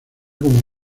como